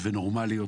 ונורמליות,